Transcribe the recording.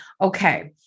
okay